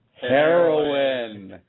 heroin